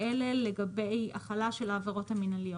האלה לגבי החלה של העבירות המנהליות.